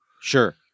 Sure